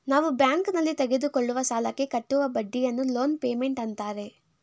ನಾವು ಬ್ಯಾಂಕ್ನಲ್ಲಿ ತೆಗೆದುಕೊಳ್ಳುವ ಸಾಲಕ್ಕೆ ಕಟ್ಟುವ ಬಡ್ಡಿಯನ್ನು ಲೋನ್ ಪೇಮೆಂಟ್ ಅಂತಾರೆ